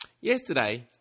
Yesterday